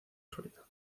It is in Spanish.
sólido